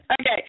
Okay